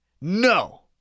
No